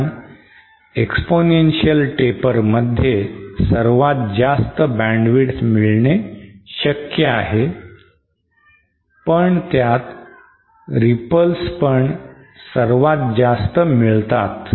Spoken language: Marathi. कारण exponential taper मध्ये सर्वात जास्त bandwidth मिळणे शक्य आहे पण त्यात ripples पण सर्वात जास्त मिळतात